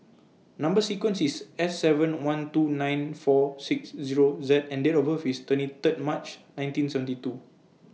Number sequence IS S seven one two nine four six Zero Z and Date of birth IS twenty Third March nineteen seventy two